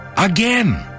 Again